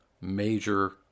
major